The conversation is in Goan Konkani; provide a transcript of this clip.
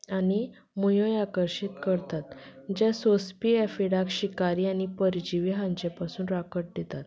आनी मुयोय आकर्शीत करतात जे सोंसपी एफिडाक शिकारी आनी परजिवी हांचे पासून राखण दितात